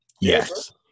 Yes